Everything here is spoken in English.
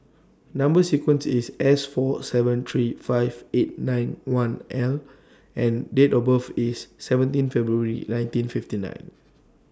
Number sequence IS S four seven three five eight nine one L and Date of birth IS seventeen February nineteen fifty nine